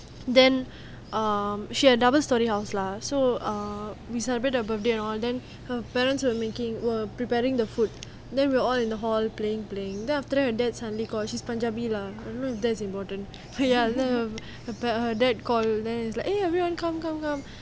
then um she had double storey house lah so err we celebrate her birthday and all then her parents were making were preparing the food then we were all in the hall playing playing then after that her dad suddenly call she's punjabi lah don't know if that's important but ya then her dad call everyone come come come